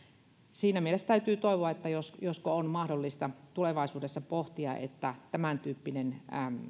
siinä mielessä täytyy toivoa josko on mahdollista tulevaisuudessa pohtia että tämäntyyppinen